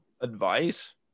advice